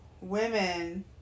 women